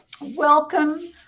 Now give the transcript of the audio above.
Welcome